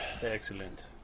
Excellent